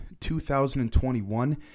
2021